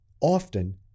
Often